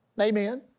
Amen